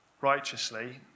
righteously